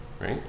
Right